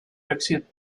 exit